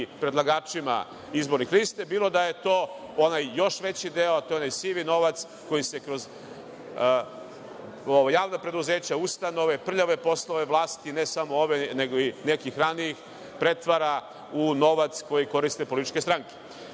predlagačima izbornih lista, bilo da je to onaj još veći deo, a to je onaj sivi novac koji se kroz javna preduzeća, ustanove, prljave poslove vlasti ne samo ove, nego i nekih ranijih, pretvara u novac koji koriste političke stranke. Šta